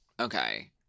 Okay